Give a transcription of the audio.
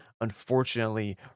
unfortunately